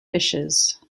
fishes